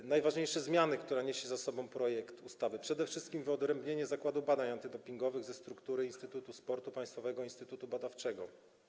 Do najważniejszych zmian, które niesie ze sobą projekt ustawy, należy przede wszystkim wyodrębnienie Zakładu Badań Antydopingowych ze struktury Instytutu Sportu - Państwowego Instytutu Badawczego.